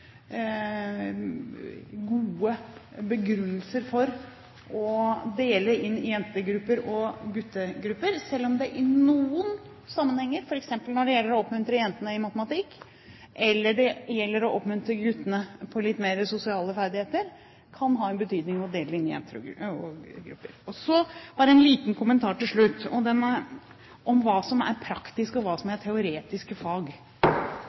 gode begrunnelser for å dele inn i jentegrupper og guttegrupper, selv om det i noen sammenhenger, f.eks. når det gjelder å oppmuntre jentene i matematikk, eller det gjelder å oppmuntre guttene med tanke på litt mer sosiale ferdigheter, kan ha en betydning. Så bare en liten kommentar til slutt om hva som er praktiske og hva som er teoretiske fag